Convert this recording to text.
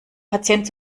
patienten